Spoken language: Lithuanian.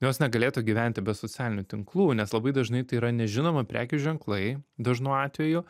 jos negalėtų gyventi be socialinių tinklų nes labai dažnai tai yra nežinomi prekių ženklai dažnu atveju